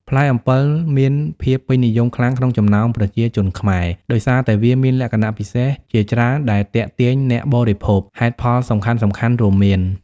ផ្លែអំពិលមានភាពពេញនិយមខ្លាំងក្នុងចំណោមប្រជាជនខ្មែរ ដោយសារតែវាមានលក្ខណៈពិសេសជាច្រើនដែលទាក់ទាញអ្នកបរិភោគ។ ហេតុផលសំខាន់ៗរួមមាន